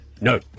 no